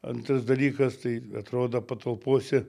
antras dalykas tai atrodo patalpose